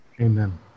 Amen